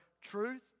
truth